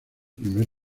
primer